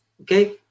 okay